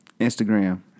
Instagram